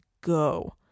go